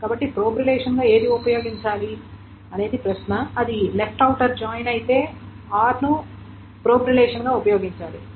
కాబట్టి ప్రోబ్ రిలేషన్గా ఏది ఉపయోగించాలి అనేది ప్రశ్న అది లెఫ్ట్ ఔటర్ జాయిన్ అయితే r ను ప్రోబ్ రిలేషన్గా ఉపయోగించాలి